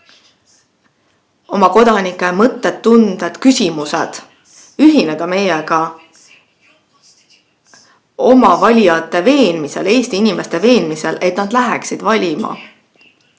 oma kodanike mõtted, tunded ja küsimused; ühineda meiega oma valijate veenmisel, Eesti inimeste veenmisel, et nad läheksid valima;